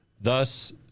Thus